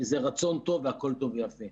וזה רצון טוב והכול טוב ויפה.